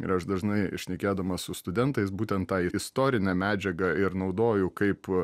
ir aš dažnai šnekėdamas su studentais būtent tą istorinę medžiagą ir naudoju kaip